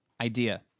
idea